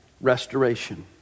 Restoration